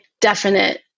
definite